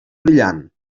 brillant